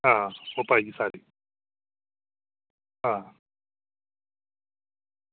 हां पाइये सारी